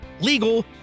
legal